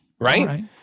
Right